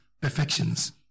perfections